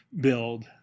build